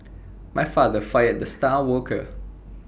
my father fired the star worker